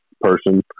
person